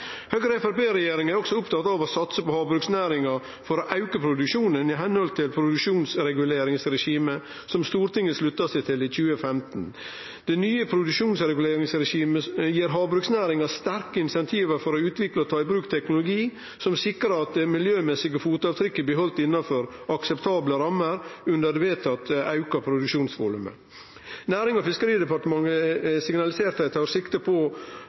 Høgre–Framstegsparti-regjeringa er også opptatt av å satse på havbruksnæringa for å auke produksjonen i samsvar med produksjonsreguleringsregimet som Stortinget slutta seg til i 2015. Det nye produksjonsreguleringsregimet gir havbruksnæringa sterke incentiv for å utvikle og ta i bruk teknologi som sikrar at det miljømessige fotavtrykket blir halde innanfor akseptable rammer under det vedtatte, auka produksjonsvolumet. Nærings- og fiskeridepartementet signaliserte at dei tar sikte på